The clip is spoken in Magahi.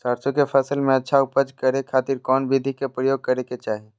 सरसों के फसल में अच्छा उपज करे खातिर कौन विधि के प्रयोग करे के चाही?